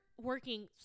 working